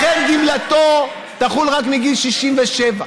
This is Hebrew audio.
לכן גמלתו תחול רק מגיל 67,